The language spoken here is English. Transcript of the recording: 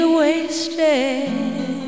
wasted